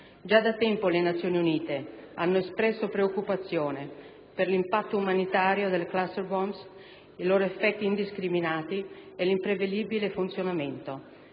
Già da tempo le Nazioni Unite hanno espresso preoccupazione per l'impatto umanitario delle *cluster bomb*, i loro effetti indiscriminati e l'imprevedibile funzionamento.